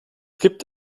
gibt